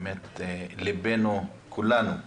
באמת לב כולנו אתכם,